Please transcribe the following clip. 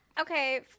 Okay